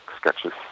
sketches